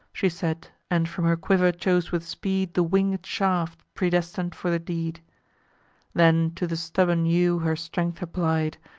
she said, and from her quiver chose with speed the winged shaft, predestin'd for the deed then to the stubborn yew her strength applied,